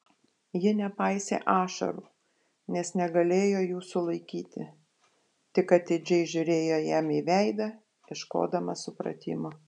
ji nepaisė ašarų nes negalėjo jų sulaikyti tik atidžiai žiūrėjo jam į veidą ieškodama supratimo